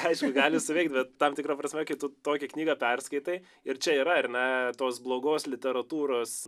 aišku gali suveikt bet tam tikra prasme kai tu tokią knygą perskaitai ir čia yra ar ne tos blogos literatūros